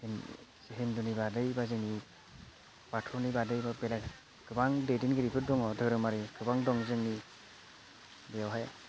हिन्दुनि बादै बा जोंनि बाथौनि बादै बिराद गोबां दैदेनगिरिफोर दङ धोरोमारिनि गोबां दं जोंनि बेवहाय